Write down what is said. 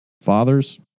Fathers